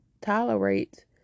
tolerate